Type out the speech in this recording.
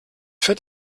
fährt